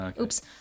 Oops